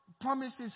promises